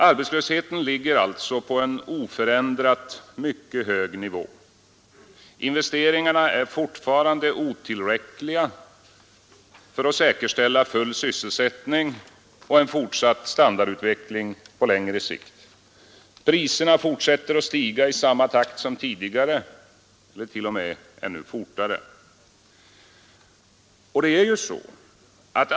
Arbetslösheten ligger på en oförändrat mycket hög nivå. Investeringarna är fortfarande otillräckliga för att säkerställa full sysselsättning och en fortsatt standardutveckling på längre sikt. Priserna fortsätter att stiga i samma takt som tidigare eller t.o.m. fortare.